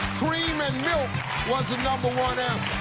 cream and milk was the number one